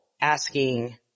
asking